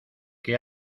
que